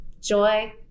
joy